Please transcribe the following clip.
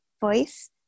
voice